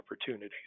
opportunities